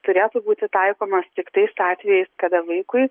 turėtų būti taikomas tik tais atvejais kada vaikui